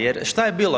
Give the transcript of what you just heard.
Jel šta je bilo?